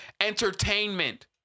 Entertainment